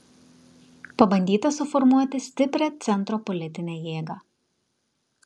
pabandyta suformuoti stiprią centro politinę jėgą